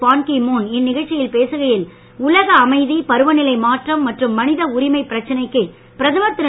பான் Ki Moon இந்நிகழ்ச்சியில் பேசுகையில் உலக அமைதி பருவநிலை மாற்றம் மற்றும் மனித உரிமைப் பிரச்னைக்கு பிரதமர் திரு